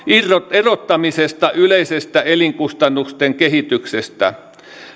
erottamisesta yleisestä elinkustannusten kehityksestä